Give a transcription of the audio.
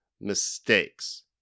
mistakes